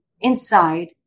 inside